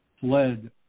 fled